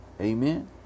Amen